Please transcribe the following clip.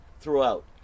throughout